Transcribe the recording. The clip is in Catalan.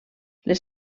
les